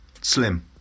Slim